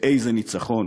ואיזה ניצחון,